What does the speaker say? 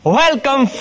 welcome